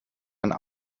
einen